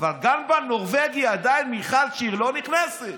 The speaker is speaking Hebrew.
אבל גם בנורבגי עדין מיכל שיר לא נכנסת,